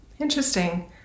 Interesting